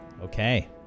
Okay